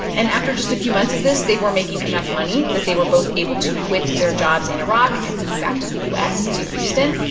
and after just a few months of this, they were making enough money that they were both able to quit their jobs in iraq and move back to the u s, to houston.